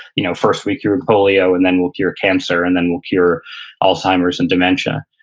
you know first we cure polio, and then we'll cure cancer, and then we'll cure alzheimer's and dementia.